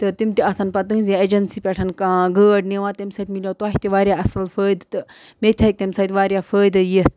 تہٕ تِم تہِ آسَن پَتہٕ تٕہٕنٛزی اٮ۪جَنسی پٮ۪ٹھ کانٛہہ گٲڑۍ نِوان تَمہِ سۭتۍ مِلیو تۄہہِ تہِ واریاہ اَصٕل فٲیدٕ تہٕ مےٚ تہِ ہٮ۪کہِ تَمہِ سۭتۍ واریاہ فٲیدٕ یِتھ